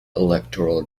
electoral